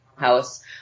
house